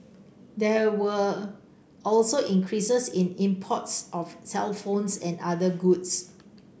there were also increases in imports of cellphones and other goods